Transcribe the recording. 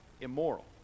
immoral